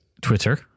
twitter